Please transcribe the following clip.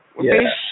Yes